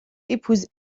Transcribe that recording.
épouse